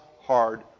hard